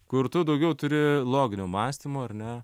kur tu daugiau turi loginio mąstymo ar ne